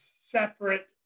separate